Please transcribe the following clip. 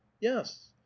yes